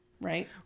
right